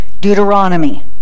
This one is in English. Deuteronomy